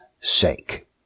sake